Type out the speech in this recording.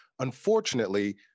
Unfortunately